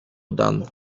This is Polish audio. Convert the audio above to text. dan